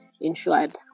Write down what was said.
insured